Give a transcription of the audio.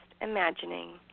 imagining